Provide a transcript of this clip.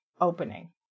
opening